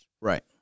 Right